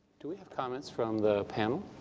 do we have comments from the panel?